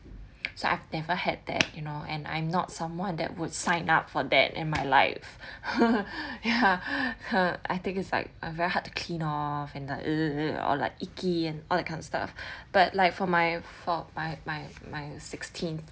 so I've never had that you know and I'm not someone that would sign up for that in my life ya I think is like a very hard to clean off and like or like icky and all that kind of stuff but like for my for my my my sixteen